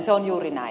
se on juuri näin